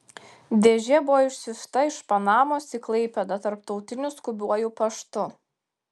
dėžė buvo išsiųsta iš panamos į klaipėdą tarptautiniu skubiuoju paštu